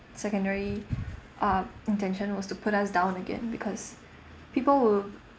secondary uh intention was to put us down again because people will